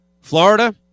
florida